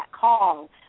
call